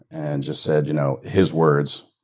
and just said, you know his words,